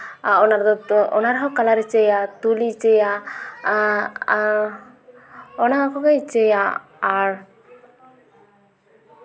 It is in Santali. ᱚᱱᱟ ᱨᱮᱫᱚ ᱚᱱᱟ ᱨᱮᱦᱚᱸ ᱠᱟᱞᱟᱨᱮ ᱪᱟᱹᱭᱟ ᱛᱩᱞᱤ ᱪᱟᱹᱭᱟ ᱟᱨ ᱟᱨ ᱚᱱᱟ ᱠᱚᱜᱮ ᱪᱟᱹᱭᱟ ᱟᱨ